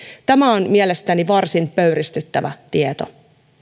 tämä on mielestäni varsin pöyristyttävä tieto